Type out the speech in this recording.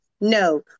No